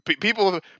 people